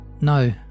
no